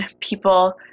people